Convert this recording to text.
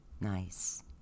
Nice